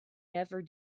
never